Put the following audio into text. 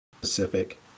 Pacific